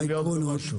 העסק.